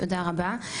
תודה רבה.